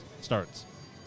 starts